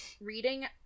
reading